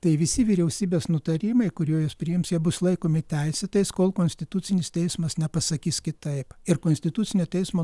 tai visi vyriausybės nutarimai kurių juos priims jie bus laikomi teisėtais kol konstitucinis teismas nepasakys kitaip ir konstitucinio teismo